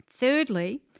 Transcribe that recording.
Thirdly